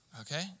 okay